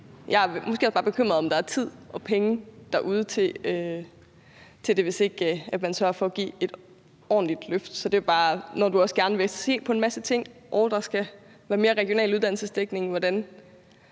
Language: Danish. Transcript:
jeg er måske bare bekymret for, om der er tid og penge derude til det, hvis man ikke sørger for at give et ordentligt løft. Når du også gerne vil se på en masse ting, og når der skal være regional uddannelsesdækning, hvordan